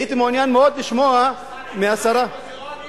הייתי מעוניין מאוד לשמוע מהשרה, מוזיאונים